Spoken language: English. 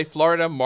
Florida